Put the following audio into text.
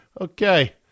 okay